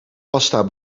pasta